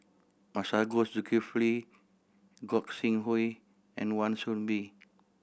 Masagos Zulkifli Gog Sing Hooi and Wan Soon Bee